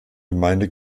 gemeinde